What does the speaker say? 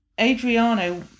Adriano